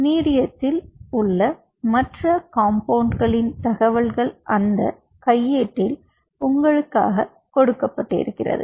மீடியத்தில் உள்ள மற்ற காம்பௌண்ட்க்ளின் தகவல்கள் அந்த கையேட்டில் உங்களுக்காக கொடுக்கப் பட்டிருக்கிறது